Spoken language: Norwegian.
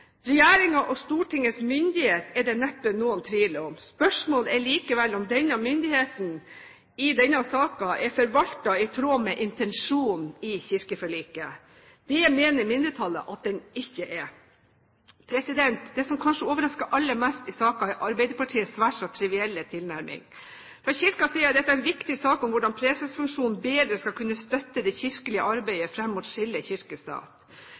og Stortingets myndighet er det neppe noen tvil om. Spørsmålet er likevel om denne myndigheten i denne saken er forvaltet i tråd med intensjonen i kirkeforliket. Det mener mindretallet at den ikke er. Det som kanskje overrasker aller mest i saken, er Arbeiderpartiets svært så trivielle tilnærming. For Kirken er dette en viktig sak – hvordan presesfunksjonen bedre skal kunne støtte det kirkelige arbeidet fram mot